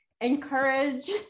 encourage